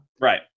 Right